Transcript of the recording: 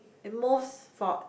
it moves forwards